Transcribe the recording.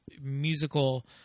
musical